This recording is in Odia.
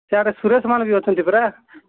ସିଆଡ଼େ ମାନେ ଅଛନ୍ତି ପରା